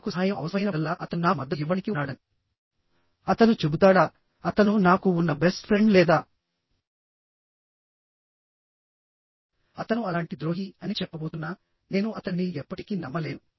నాకు సహాయం అవసరమైనప్పుడల్లా అతను నాకు మద్దతు ఇవ్వడానికి ఉన్నాడని అతను చెబుతాడా అతను నాకు ఉన్న బెస్ట్ ఫ్రెండ్ లేదా అతను అలాంటి ద్రోహి అని చెప్పబోతున్నా నేను అతనిని ఎప్పటికీ నమ్మలేను